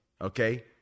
okay